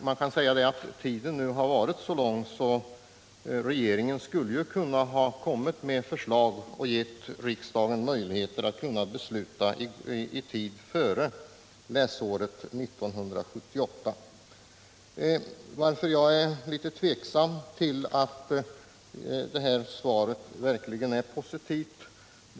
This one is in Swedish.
Men det har nu gått så lång tid att regeringen borde 81 ha kunnat komma med förslag och ge riksdagen möjlighet att besluta i tid före läsåret 1977/78. Jag var alltså tveksam till om detta förslag verkligen är positivt.